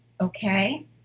Okay